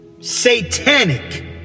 satanic